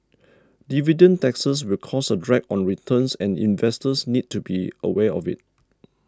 dividend taxes will cause a drag on returns and investors need to be aware of it